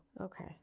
okay